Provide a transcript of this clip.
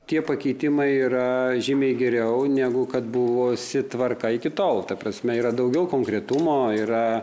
tie pakeitimai yra žymiai geriau negu kad buvusi tvarka iki tol ta prasme yra daugiau konkretumo yra